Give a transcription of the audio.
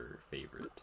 favorite